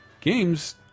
Games